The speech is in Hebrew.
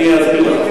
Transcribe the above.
אני אסביר לך